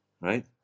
right